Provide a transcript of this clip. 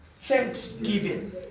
Thanksgiving